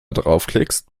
draufklickst